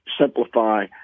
simplify